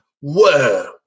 whoa